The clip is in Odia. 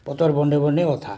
ପତର ଗଣ୍ଡେ ଗଣ୍ଡେ ଗଥା